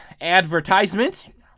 advertisement